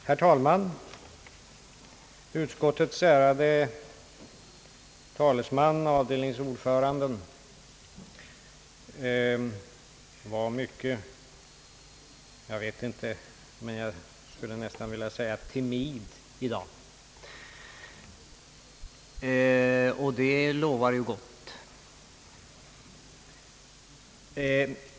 Herr talman! Avdelningsordföranden och utskottets ärade talesman var mycket, jag skulle nästan vilja säga, timid i dag. Och det lovar ju gott.